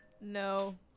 No